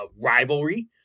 rivalry